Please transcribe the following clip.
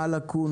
מה הלקונה,